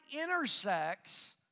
intersects